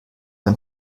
ein